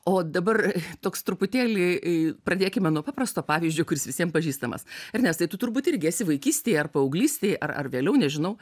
o dabar toks truputėlį radėkime nuo paprasto pavyzdžio kuris visiem pažįstamas ernestai tu turbūt irgi esi vaikystėj ar paauglystėj ar ar vėliau nežinau